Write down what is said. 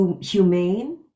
humane